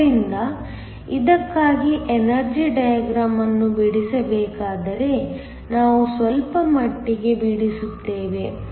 ಆದ್ದರಿಂದ ಇದಕ್ಕಾಗಿ energy diagram ಅನ್ನು ಬಿಡಿಸಬೇಕಾದರೆ ನಾವು ಸ್ವಲ್ಪಮಟ್ಟಿಗೆ ಬಿಡಿಸುತ್ತೇವೆ